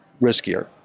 riskier